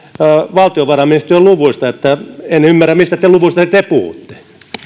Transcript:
valtiovarainministeriön luvuista niin että en ymmärrä mistä luvuista te puhutte